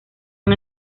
han